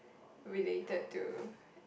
related to